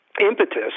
impetus